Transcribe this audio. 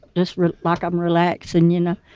just relax, um relax and, you know,